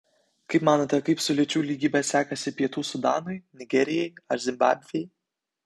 kaip manote kaip su lyčių lygybe sekasi pietų sudanui nigerijai ar zimbabvei